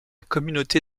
communauté